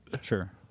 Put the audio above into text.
Sure